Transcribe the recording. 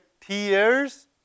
tears